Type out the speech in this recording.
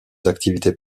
activités